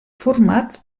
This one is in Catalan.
format